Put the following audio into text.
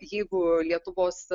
jeigu lietuvos